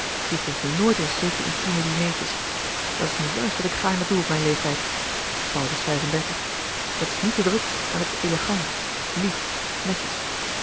die geeft nu nooit eens zulke intieme dinertjes dat is nu juist wat ik gaarne doe op mijn leeftijd paul was vijf-en-dertig dat is niet te druk en het is elegant lief netjes